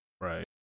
Right